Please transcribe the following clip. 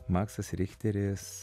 maksas richteris